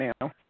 now